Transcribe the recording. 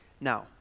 Now